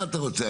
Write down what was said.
מה אתה רוצה?